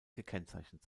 gekennzeichnet